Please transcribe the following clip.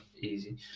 Easy